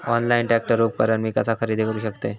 Online tractor उपकरण मी कसा खरेदी करू शकतय?